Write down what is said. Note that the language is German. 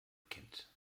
kind